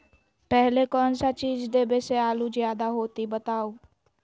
पहले कौन सा चीज देबे से आलू ज्यादा होती बताऊं?